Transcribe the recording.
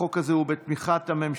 החוק הזה הוא בתמיכת הממשלה.